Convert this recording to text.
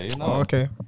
okay